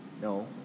No